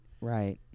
Right